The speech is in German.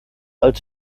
als